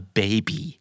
baby